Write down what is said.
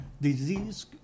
disease